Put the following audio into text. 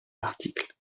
l’article